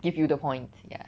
give you the points ya